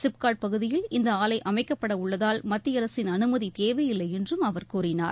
சிப்காட் பகுதியில் இந்த ஆலை அமைக்கப்படவுள்ளதால் மத்திய அரசின் அனுமதி தேவையில்லை என்றும் அவர் கூறினார்